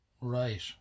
Right